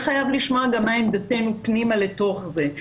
חייב לשמוע גם מה עמדתנו פנימה לתוך זה.